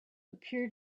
appeared